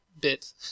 bit